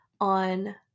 on